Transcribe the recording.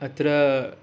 अत्र